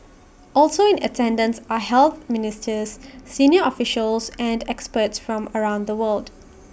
also in attendance are health ministers senior officials and experts from around the world